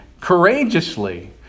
courageously